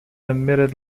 emitted